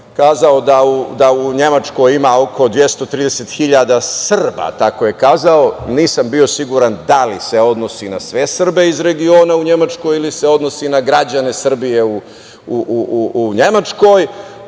rekao da u Nemačkoj ima oko 230.000 Srba, tako je rekao, nisam bio siguran da li se odnosi na sve Srbe iz regiona u Nemačkoj ili se odnosi na građane Srbije u Nemačkoj. Ono